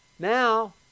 Now